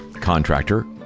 contractor